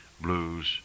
blues